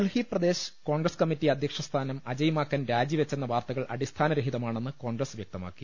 Delhi Pradesh Congress committee അധ്യക്ഷ സ്ഥാനം അജയ് മാക്കൻ രാജിവെച്ചെന്ന വാർത്തകൾ അടിസ്ഥാനരഹിത മാണെന്ന് കോൺഗ്രസ് വ്യക്തമാക്കി